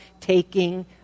taking